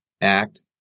Act